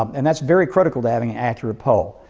um and that's very critical to having an accurate poll.